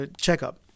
Checkup